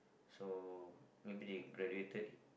so maybe they graduated in